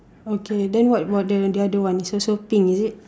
okay then what about the other one also pink is it